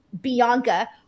Bianca